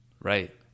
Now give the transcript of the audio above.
Right